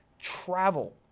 Travel